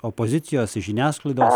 opozicijos žiniasklaidos